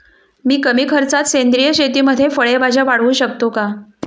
मी कमी खर्चात सेंद्रिय शेतीमध्ये फळे भाज्या वाढवू शकतो का?